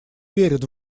верит